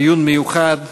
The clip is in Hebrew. דיון מיוחד,